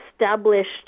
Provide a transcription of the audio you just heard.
established